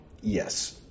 Yes